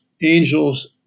angels